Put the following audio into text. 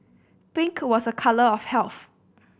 pink was a colour of health